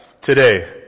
today